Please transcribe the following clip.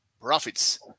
profits